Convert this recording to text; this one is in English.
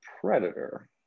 predator